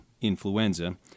influenza